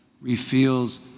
reveals